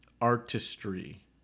artistry